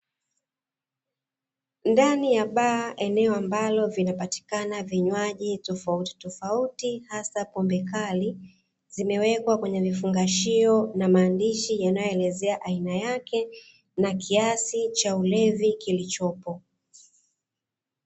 Ndani ya baa eneo ambalo vinapatikana vinywaji tofautitofauti hasa pombe kali, zimewekwa kwenye vifungashio na maandishi yanayoelezea aina yake na kiasi cha ulevi kilichopo.